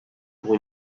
pour